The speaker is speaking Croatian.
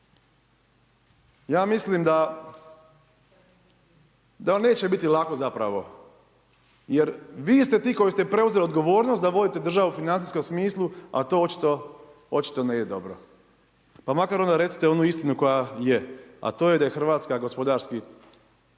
ja mislim da vam neće biti lako zapravo, jer vi ste ti koji ste preuzeli odgovornost da vodite državu u financijskom smislu, a to očito ne ide dobro. Pa makar onda recite onu istinu koja je. A to je da je Hrvatska gospodarski